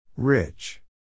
Rich